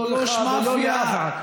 לא לך ולא לאף אחד.